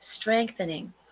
strengthening